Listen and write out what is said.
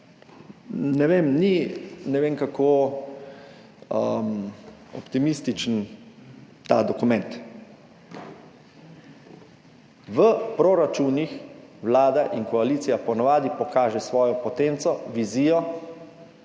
ne vem, ni ne vem kako optimističen ta dokument. V proračunih vlada in koalicija po navadi pokažeta svojo potenco, vizijo